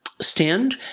stand